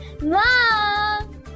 Mom